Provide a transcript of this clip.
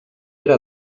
era